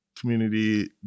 community